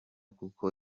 kuko